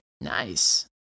Nice